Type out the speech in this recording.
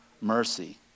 mercy